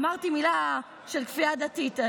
אמרתי מילה של כפייה דתית,